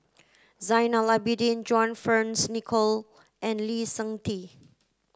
Zainal Abidin John Fearns Nicoll and Lee Seng Tee